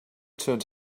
turned